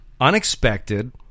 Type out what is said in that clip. unexpected